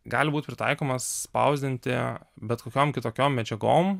gali būt pritaikomas spausdinti bet kokiom kitokiom medžiagom